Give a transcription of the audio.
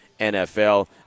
NFL